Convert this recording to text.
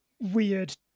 weird